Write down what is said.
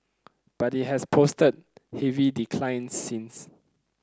but it has posted heavy declines since